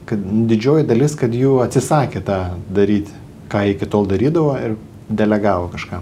kad didžioji dalis kad jų atsisakė tą daryti ką iki tol darydavo ir delegavo kažkam